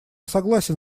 согласен